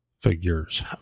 figures